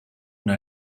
una